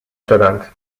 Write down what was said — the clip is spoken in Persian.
شدند